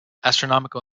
astronomical